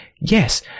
Yes